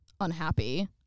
unhappy